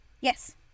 Yes